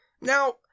Now